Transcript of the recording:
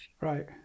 right